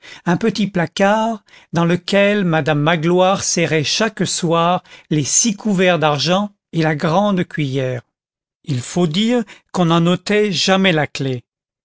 un petit placard dans lequel madame magloire serrait chaque soir les six couverts d'argent et la grande cuiller il faut dire qu'on n'en ôtait jamais la clef